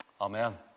Amen